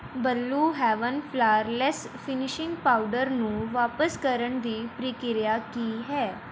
blue Heaven flawless finishing powder ਨੂੰ ਵਾਪਸ ਕਰਨ ਦੀ ਪ੍ਰਕਿਰਿਆ ਕੀ ਹੈ